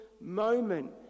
moment